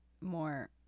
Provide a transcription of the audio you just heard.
more